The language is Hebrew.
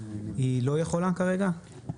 היא לא יכולה לעשות זאת כרגע?